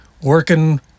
working